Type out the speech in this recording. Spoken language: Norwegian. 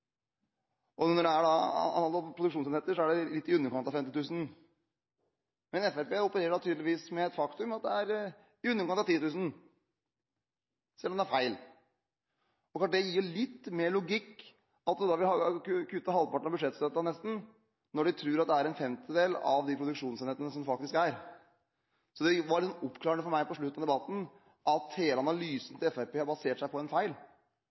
er det litt i underkant av 50 000. Men Fremskrittspartiet opererer tydeligvis med det faktum at det er i underkant av 10 000 – selv om det er feil. Det gir litt mer logikk at man vil kutte nesten halvparten av budsjettstøtten når man tror at det er en femtedel av de produksjonsenhetene som det faktisk er. Det var oppklarende for meg på slutten av debatten at hele analysen fra Fremskrittspartiet baserer seg på en feil.